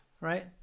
right